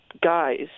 guys